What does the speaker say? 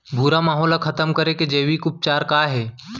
भूरा माहो ला खतम करे के जैविक उपचार का हे?